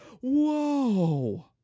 Whoa